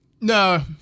No